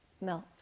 Melt